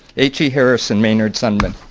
h e. harris and maynard sundman.